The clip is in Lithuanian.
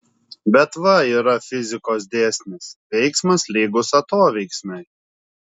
bet va yra fizikos dėsnis veiksmas lygus atoveiksmiui